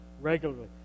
regularly